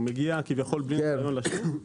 הוא מגיע כביכול בלי נסיון לשוק.